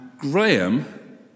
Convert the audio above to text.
Graham